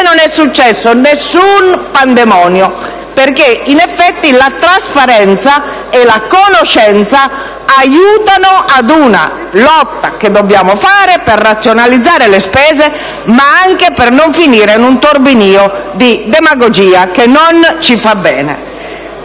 e non è successo nessun pandemonio, perché la trasparenza e la conoscenza aiutano ad una lotta che dobbiamo fare per razionalizzare le spese, ma anche per non finire in un turbinio di demagogia che non ci fa bene.